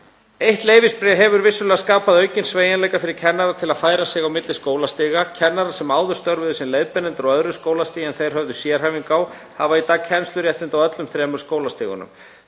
Eitt leyfisbréf hefur vissulega skapað aukinn sveigjanleika fyrir kennara til að færa sig á milli skólastiga. Kennarar sem áður störfuðu sem leiðbeinendur á öðru skólastigi en þeir höfðu sérhæfingu í hafa í dag kennsluréttindi á öllum þremur skólastigunum.